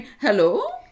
Hello